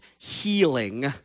healing